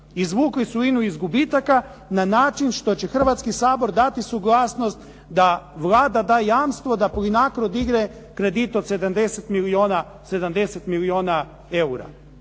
Izvukli su INA-u iz gubitaka na način što će Hrvatski sabor dati suglasnost da Vlada da jamstvo da Plinacro digne kredit od 70 milijuna eura.